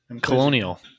Colonial